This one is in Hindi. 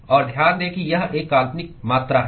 और ध्यान दें कि यह एक काल्पनिक मात्रा है